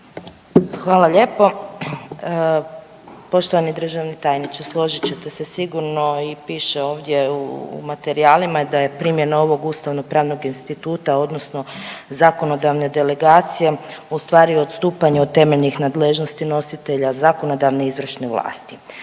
Hvala lijepo. Poštovani državni tajniče, složit ćete se sigurno i piše ovdje u materijalima da je primjena ovog ustavno pravnog instituta odnosno zakonodavne delegacije u stvari odstupanje od temeljnih nadležnosti nositelja zakonodavne i izvršne vlasti.